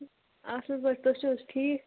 اَصٕل پٲٹھۍ تُہۍ چھِو حظ ٹھیٖک